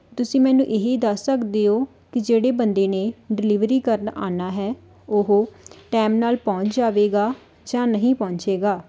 ਤੁਸੀਂ ਮੈਨੂੰ ਇਹੀ ਦੱਸ ਸਕਦੇ ਹੋ ਕਿ ਜਿਹੜੇ ਬੰਦੇ ਨੇ ਡਿਲੀਵਰੀ ਕਰਨ ਆਉਣਾ ਹੈ ਉਹ ਟਾਈਮ ਨਾਲ ਪਹੁੰਚ ਜਾਵੇਗਾ ਜਾਂ ਨਹੀਂ ਪਹੁੰਚੇਗਾ